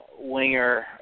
winger